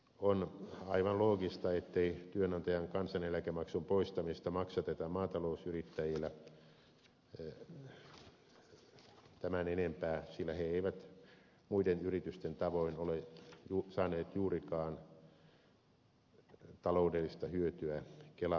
on aivan loogista ettei työnantajan kansaneläkemaksun poistamista maksateta maatalousyrittäjillä tämän enempää sillä maatalousyritykset eivät muiden yritysten tavoin ole saaneet juurikaan taloudellista hyötyä kelamaksun poistosta